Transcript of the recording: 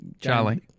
Charlie